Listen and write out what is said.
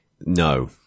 no